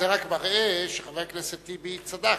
זה רק מראה שחבר הכנסת טיבי צדק,